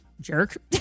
jerk